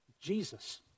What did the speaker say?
Jesus